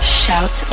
shout